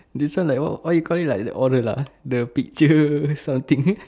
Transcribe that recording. this one like what why you call it like the order lah the picture something